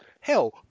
Hell